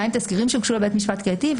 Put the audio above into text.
תסקירים שהוגשו לבית השפט הקהילתי,